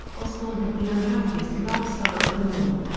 osbourne had the unhealthiest lifestyle of them all.